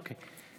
אוקיי.